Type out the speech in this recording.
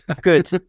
Good